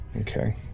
Okay